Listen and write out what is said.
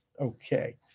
Okay